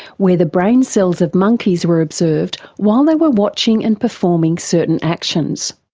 where the brain cells of monkeys were observed while they were watching and performing certain actions.